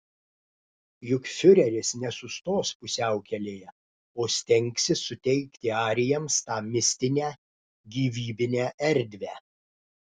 juk fiureris nesustos pusiaukelėje o stengsis suteikti arijams tą mistinę gyvybinę erdvę